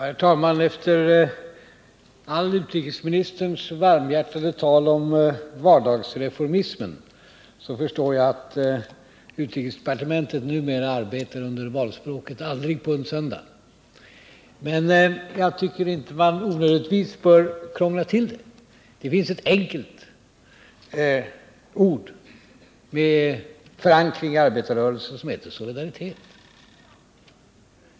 Herr talman! Efter allt utrikesministerns varmhjärtade tal om vardagsreformismen förstår jag att utrikesdepartementet numera arbetar under valspråket ”aldrig på en söndag”. Men jag tycker att man inte onödigtvis bör krångla till det. Det finns ett enkelt ord med förankring i arbetarrörelsen, och det är solidaritet.